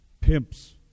pimps